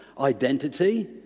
Identity